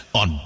on